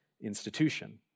institution